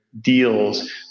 deals